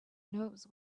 knows